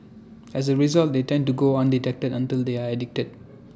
as A result they tend to go undetected until they are addicted